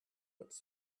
its